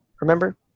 Remember